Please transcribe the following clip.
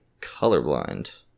colorblind